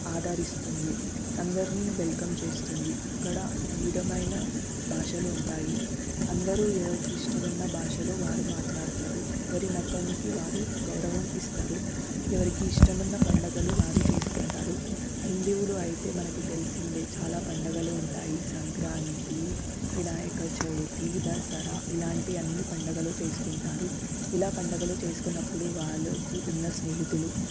ఆధరిస్తుంది అందరిని వెల్కమ్ చేస్తుంది ఇక్కడ విధమైన భాషలు ఉంటాయి అందరూ ఎవరికి ఇష్టం ఉన్న భాషలో వారు మాట్లాడుతారు ఎవరి మతానికి వారు గౌరవం ఇస్తారు ఎవరికి ఇష్టం ఉన్న పండుగలు వారు చేసుకుంటారు హిందువులు అయితే మనకి తెలిసింది చాలా పండగలు ఉంటాయి సంక్రాంతి వినాయక చవితి దసరా ఇలాంటివి అన్ని పండగలు చేసుకుంటారు ఇలా పండుగలు చేసుకున్నప్పుడు వాళ్ళు ఉన్న స్నేహితులు